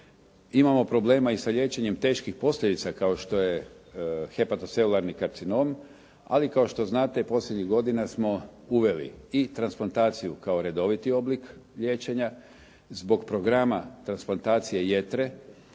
Imamo problema i sa liječenjem teških posljedica kao što je hepatocelularni karcinom. Ali kao što znate posljednjih godina smo uveli i transplantaciju kao redoviti oblik liječenja. Zbog programa transplantacije jetre